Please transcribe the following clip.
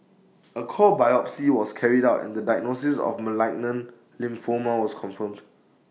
A core biopsy was carried out and the diagnosis of malignant lymphoma was confirmed